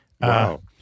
Wow